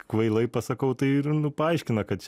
kvailai pasakau tai ir nu paaiškina kad